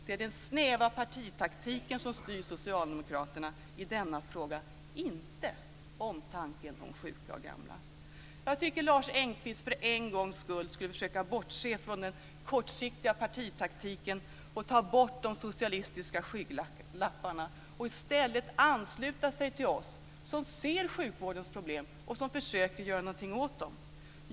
Det är den snäva partitaktiken som styr Socialdemokraterna i denna fråga, inte omtanken om sjuka och gamla. Jag tycker att Lars Engqvist för en gångs skull skulle försöka bortse från den kortsiktiga partitaktiken och ta bort de socialistiska skygglapparna och i stället ansluta sig till oss som ser sjukvårdens problem och som försöker göra någonting åt dem.